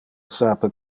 sape